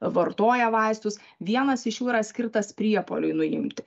vartoja vaistus vienas iš jų yra skirtas priepuoliui nuimti